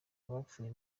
abapfuye